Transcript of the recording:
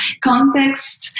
context